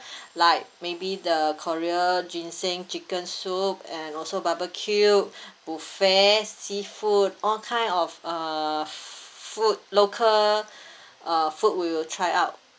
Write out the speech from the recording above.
like maybe the korea ginseng chicken soup and also barbeque buffet seafood all kind of uh food local uh food we will try out